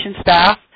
staff